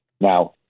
now